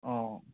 অঁ